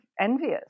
envious